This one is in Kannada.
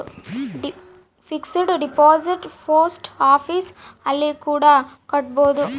ಫಿಕ್ಸೆಡ್ ಡಿಪಾಸಿಟ್ ಪೋಸ್ಟ್ ಆಫೀಸ್ ಅಲ್ಲಿ ಕೂಡ ಕಟ್ಬೋದು